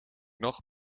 nog